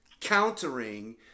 countering